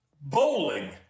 bowling